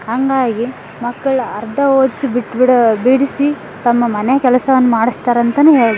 ಹಾಗಾಗಿ ಮಕ್ಕಳ ಅರ್ಧ ಓದಿಸಿ ಬಿಟ್ಟು ಬಿಡೋ ಬಿಡಿಸಿ ತಮ್ಮ ಮನೆ ಕೆಲಸವನ್ನು ಮಾಡಿಸ್ತಾರಂತನೆ ಹೇಳ್ಬೋದು